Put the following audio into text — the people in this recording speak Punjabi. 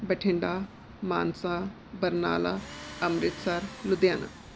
ਬਠਿੰਡਾ ਮਾਨਸਾ ਬਰਨਾਲਾ ਅੰਮ੍ਰਿਤਸਰ ਲੁਧਿਆਣਾ